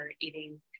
eating